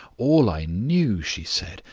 all i knew she said,